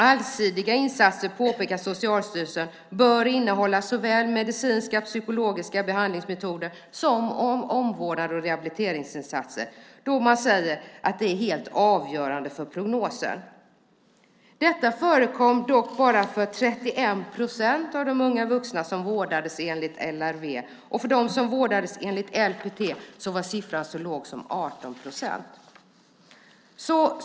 Allsidiga insatser bör, påpekar Socialstyrelsen, innehålla såväl medicinska och psykologiska behandlingsmetoder som omvårdnads och rehabiliteringsinsatser då det är helt avgörande för prognosen. Detta förekom dock för bara 31 procent av de unga vuxna som vårdades enligt LRV. Beträffande dem som vårdades enligt LPT var det så lite som 18 procent.